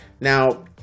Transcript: Now